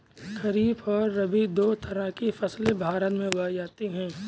खरीप और रबी दो तरह की फैसले भारत में उगाई जाती है